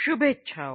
શુભેચ્છાઓ